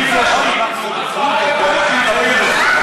הוא לקח על עצמו לנסות לקדם את זה.